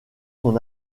son